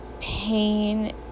pain